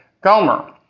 Gomer